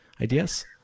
ideas